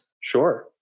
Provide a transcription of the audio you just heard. Sure